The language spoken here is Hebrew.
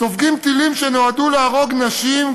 סופגים טילים שנועדו להרוג נשים,